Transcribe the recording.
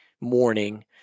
morning